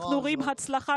אנחנו רואים הצלחה